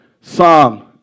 Psalm